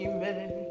Amen